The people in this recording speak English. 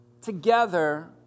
together